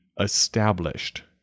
established